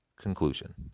Conclusion